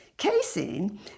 Casein